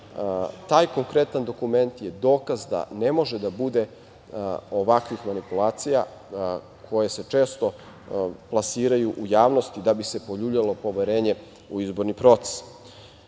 taj konkretan dokument je dokaz da ne može da bude ovakvih manipulacija koje se često plasiraju u javnosti da bi se poljuljalo poverenje u izborni proces. Kada